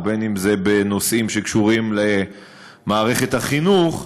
ובין אם זה בנושאים הקשורים למערכת החינוך,